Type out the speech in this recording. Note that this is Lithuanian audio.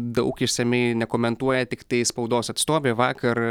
daug išsamiai nekomentuoja tiktai spaudos atstovė vakar